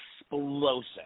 explosive